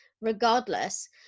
regardless